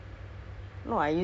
xbox